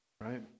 Right